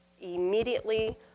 immediately